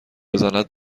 بزند